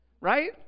Right